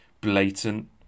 blatant